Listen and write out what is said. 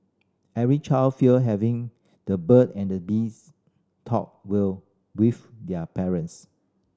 every child fear having the bird and the bees talk will with their parents